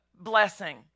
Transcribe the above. blessing